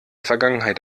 vergangenheit